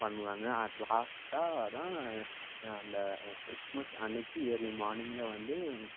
பண்ணுவாங்க அட் லாஸ்ட்டாக தான் அந்த கிறிஸ்மஸ் அன்னைக்கு இயர்லி மார்னிங்கில் வந்து